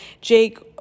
Jake